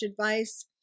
advice